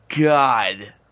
God